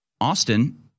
Austin